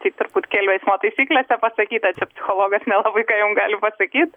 tai turbūt kelių eismo taisyklėse pasakyta čia psichologas nelabai ką jum gali pasakyt